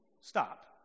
stop